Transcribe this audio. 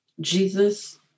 Jesus